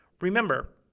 Remember